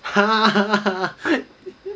hahaha